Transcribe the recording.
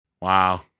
Wow